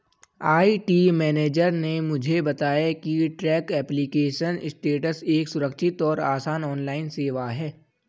IT manager ने मुझे बताया की ट्रैक एप्लीकेशन स्टेटस एक सुरक्षित और आसान ऑनलाइन सेवा है